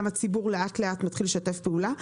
גם הציבור לאט לאט מתחיל לשתף פעולה.